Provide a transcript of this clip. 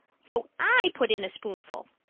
so i put in a spoonful.